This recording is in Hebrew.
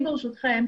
ברשותכם,